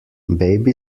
baby